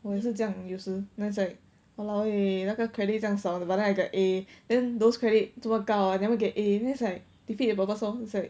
我也是这样的有时 then it's like !walao! eh 那个 credit 这样少 but then I get a then those credit 这么高 I never get A defeat the purpose lor it's like